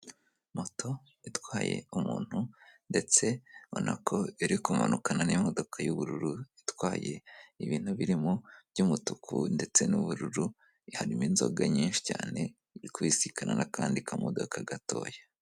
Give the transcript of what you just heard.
Moto itwaye umuntu ndetse ubona ko iri kumankana n'imodoka y'ubururu itwaye ibintu birimo iby'umutuku ndetse n'ubururu, harimo inzoga nyinshi cyane, iri kusikana n'akandi kamodoka gatoya.